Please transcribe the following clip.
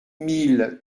mille